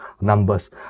numbers